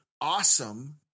awesome